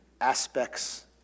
aspects